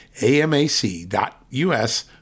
amac.us